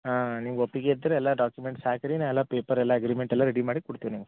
ಹಾಂ ನಿಮ್ಗ ಒಪ್ಪಿಗೆ ಇದ್ರೆ ಎಲ್ಲ ಡಾಕ್ಯುಮೆಂಟ್ಸ್ ಹಾಕ್ರಿ ನಾ ಎಲ್ಲ ಪೇಪರ್ ಎಲ್ಲ ಅಗ್ರಿಮೆಂಟ್ ಎಲ್ಲ ರೆಡಿ ಮಾಡಿ ಕೊಡ್ತೇವೆ ನಿಮ್ಗ